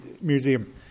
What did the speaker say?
museum